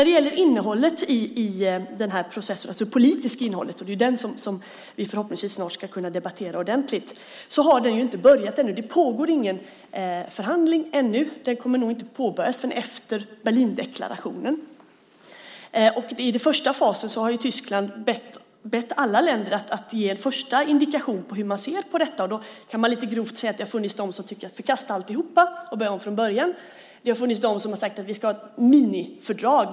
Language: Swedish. Det är det politiska innehållet i den här processen som vi förhoppningsvis snart ska kunna debattera ordentligt, men den har inte börjat ännu. Det pågår ingen förhandling ännu. Den kommer nog inte att påbörjas förrän efter Berlindeklarationen. I den första fasen har Tyskland bett alla länder att ge en första indikation på hur man ser på detta. Då kan man lite grovt säga att det har funnits de som tycker att vi ska förkasta alltihop och börja om från början. Det har funnits de som har sagt att vi ska ha ett minifördrag.